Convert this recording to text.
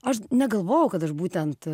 aš negalvojau kad aš būtent